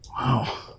Wow